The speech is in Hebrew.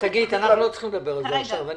לא צריכים לדבר על זה עכשיו.